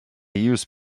use